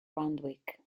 randwick